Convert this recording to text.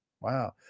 Wow